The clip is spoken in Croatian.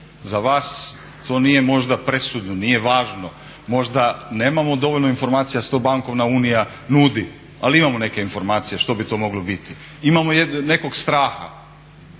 Za vas to nije možda presudno, nije važno, možda nemamo dovoljno informacija što bankovna unija nudi ali imamo neke informacije što bi to moglo biti. Imamo nekog straha